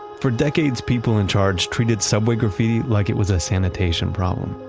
for decades, people in charge treated subway graffiti like it was a sanitation problem.